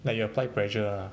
like you apply pressure uh